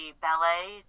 ballet